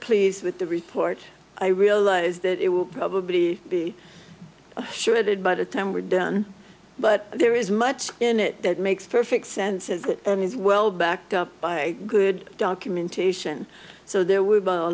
pleased with the report i realize that it will probably be sure that by the time we're done but there is much in it that makes perfect sense as it is well backed up by a good documentation so there w